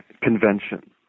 convention